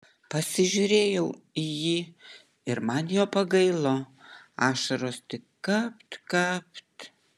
pasižiūrėjau į jį ir man jo pagailo ašaros tik kapt kapt